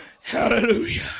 Hallelujah